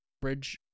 Bridge